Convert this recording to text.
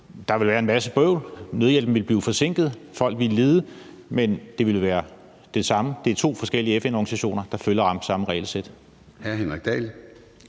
Der vil være en masse bøvl, nødhjælpen vil blive forsinket, folk vil lide, men det vil være det samme, for det er to forskellige FN-organisationer, der følger samme regelsæt.